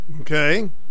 Okay